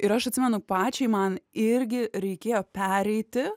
ir aš atsimenu pačiai man irgi reikėjo pereiti